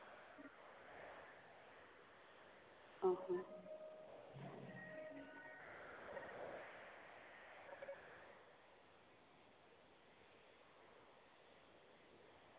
ᱚ ᱦᱚᱸ